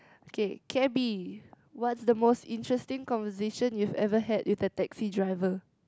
okay Cabby what's the most interesting conversation you've ever had with the taxi driver